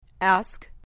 Ask